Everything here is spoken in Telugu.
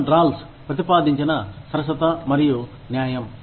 జాన్ రాల్స్ ప్రతిపాదించిన సరసత మరియు న్యాయం